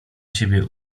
siebie